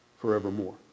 forevermore